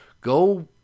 Go